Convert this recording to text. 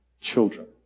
children